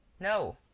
no.